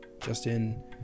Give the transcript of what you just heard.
Justin